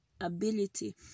ability